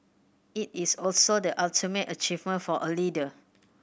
it is also the ultimate achievement for a leader